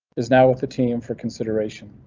is now with the team for consideration.